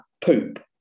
poop